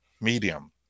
medium